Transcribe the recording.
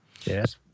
Yes